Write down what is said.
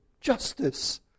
justice